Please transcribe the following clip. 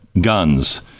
guns